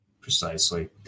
Precisely